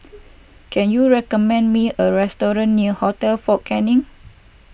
can you recommend me a restaurant near Hotel fort Canning